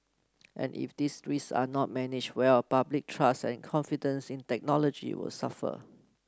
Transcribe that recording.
and if these risks are not managed well public trust and confidence in technology will suffer